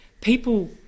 People